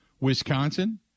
Wisconsin